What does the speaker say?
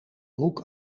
broek